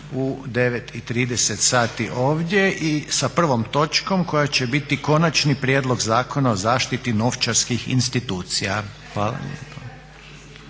u 9,30 sati ovdje i sa prvom točkom koja će biti Konačni prijedlog Zakona o zaštiti novčarskih institucija. Hvala